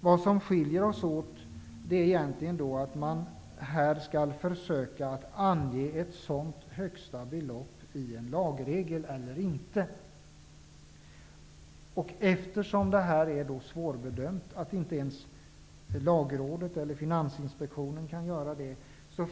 Det som skiljer oss åt är egentligen om vi tycker att man skall försöka ange ett sådant högsta belopp i en lagregel eller inte. Eftersom detta är så svårbedömt att inte ens lagrådet eller Finansinspektionen kan göra det,